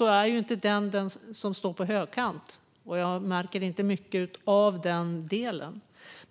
är inte den som står på högkant. Jag märker inte mycket av den delen.